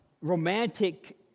romantic